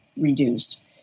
reduced